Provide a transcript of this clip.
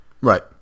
Right